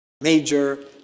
major